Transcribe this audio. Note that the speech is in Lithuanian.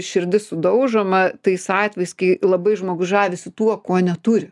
širdis sudaužoma tais atvejais kai labai žmogus žavisi tuo ko neturi